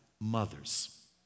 mothers